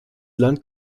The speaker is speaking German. land